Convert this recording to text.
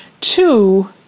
Two